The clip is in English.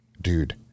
dude